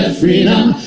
ah freedom,